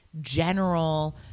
general